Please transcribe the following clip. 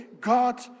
God